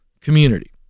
community